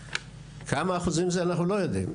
כמה אחוזים הסכום אנחנו לא יודעים,